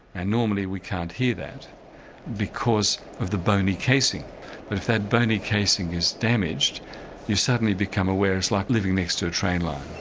and normally we can't hear that because of the bony casing but if that bony casing is damaged you suddenly become aware it's like living next to a train line.